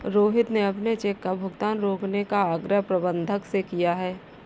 रोहित ने अपने चेक का भुगतान रोकने का आग्रह प्रबंधक से किया है